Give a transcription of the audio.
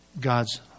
God's